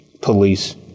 police